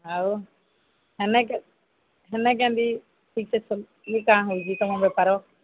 ଆଉ ହେନେ ହେନେ କେନ୍ତି ଠିକ୍ ସେ ସି କାଁ ହେଉଛି ତମ ବେପାର